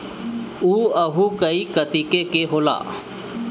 उअहू कई कतीके के होला